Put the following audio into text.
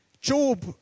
Job